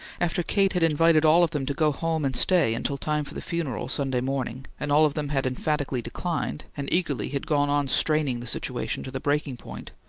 after kate had invited all of them to go home and stay until time for the funeral sunday morning, and all of them had emphatically declined, and eagerly had gone on straining the situation to the breaking point,